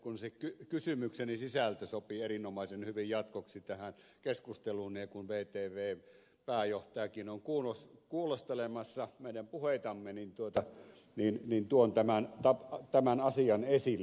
kun kysymykseni sisältö sopii erinomaisen hyvin jatkoksi tähän keskusteluun ja kun vtvn pääjohtajakin on kuulostelemassa meidän puheitamme niin tuon tämän asian esille